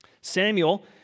Samuel